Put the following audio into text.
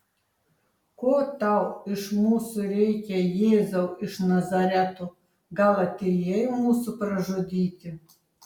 ko tau iš mūsų reikia jėzau iš nazareto gal atėjai mūsų pražudyti